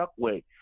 chuckway